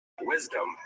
Wisdom